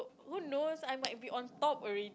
who knows I might be on top already